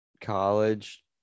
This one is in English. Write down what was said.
College